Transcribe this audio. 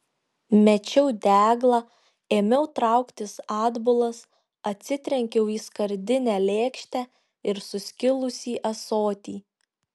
mečiau deglą ėmiau trauktis atbulas atsitrenkiau į skardinę lėkštę ir suskilusį ąsotį